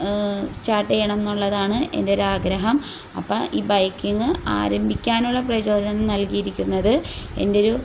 start ചെയ്യണമെന്നുള്ളതാണ് എൻ്റെയൊരാഗ്രഹം അപ്പം ഈ ബൈക്കിങ് ആരംഭിക്കാനുള്ള പ്രചോദനം നൽകിയിരിക്കുന്നത് എൻ്റെയൊരു